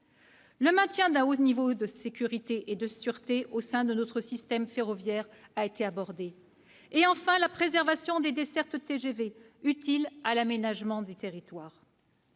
le maintien d'un haut niveau de sécurité et de sûreté au sein de notre système ferroviaire a été abordé. Enfin, le projet de loi prévoit la préservation des dessertes TGV utiles à l'aménagement du territoire.